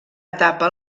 etapa